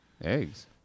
Eggs